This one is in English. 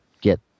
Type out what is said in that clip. get